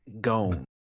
Gone